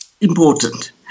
important